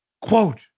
Quote